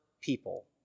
people